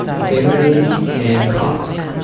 availability and cost.